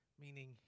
meaning